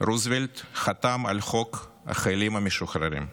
רוזוולט חתם על חוק החיילים המשוחררים,